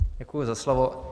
Děkuji za slovo.